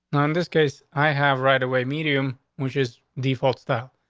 no, in this case, i have right away medium, which is default style.